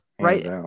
right